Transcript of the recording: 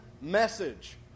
message